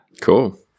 Cool